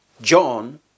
John